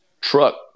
truck –